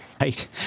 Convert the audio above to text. Right